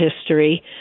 history